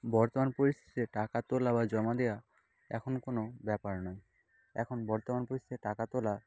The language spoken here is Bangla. বর্তমান পরিস্থিতিতে টাকা তোলা বা জমা দেওয়া এখন কোনও ব্যাপার নয় এখন বর্তমান পরিস্থিতিতে টাকা তোলা